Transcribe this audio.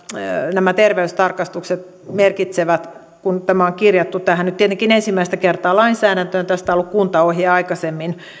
nämä terveystarkastukset merkitsevät kun tämä on kirjattu nyt tietenkin ensimmäistä kertaa lainsäädäntöön tästä on ollut kuntaohje aikaisemmin